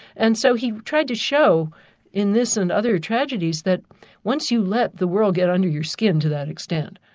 and so he tried to show in this and other tragedies that once you let the world get under your skin to that extent,